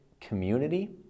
community